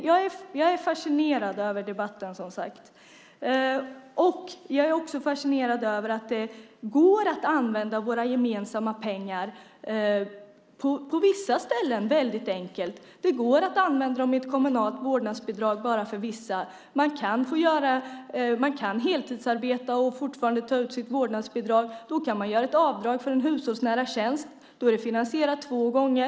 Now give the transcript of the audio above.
Jag är, som sagt, fascinerad av debatten. Jag är också fascinerad av att våra gemensamma pengar enkelt kan användas på vissa ställen. Det går att använda dem i ett kommunalt vårdnadsbidrag för vissa. Man kan heltidsarbeta och fortfarande ta ut sitt vårdnadsbidrag. Då kan man göra ett avdrag för en hushållsnära tjänst. Då är det finansierat två gånger.